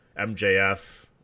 MJF